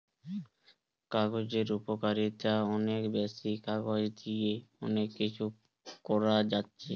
কাগজের উপকারিতা অনেক বেশি, কাগজ দিয়ে অনেক কিছু করা যাচ্ছে